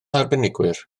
arbenigwyr